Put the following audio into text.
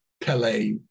Pele